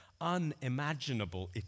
unimaginable